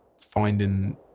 finding